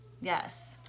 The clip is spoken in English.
Yes